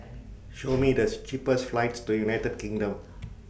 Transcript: Show Me This cheapest flights to United Kingdom